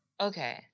Okay